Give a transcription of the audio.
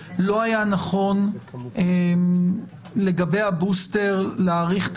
לא היה נכון לגבי הבוסטר להאריך את